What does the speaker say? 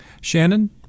Shannon